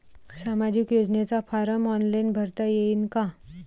सामाजिक योजनेचा form online भरता येईन का?